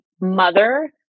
mother